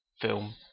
film